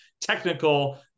technical